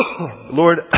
Lord